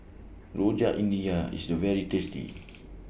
Rojak India IS very tasty